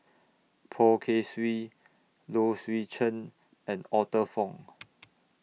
Poh Kay Swee Low Swee Chen and Arthur Fong